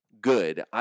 good